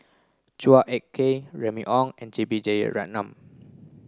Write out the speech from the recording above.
Chua Ek Kay Remy Ong and J B Jeyaretnam